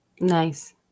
Nice